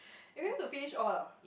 eh we have to finish all ah